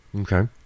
Okay